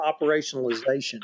operationalization